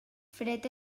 fred